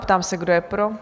Ptám se, kdo je pro?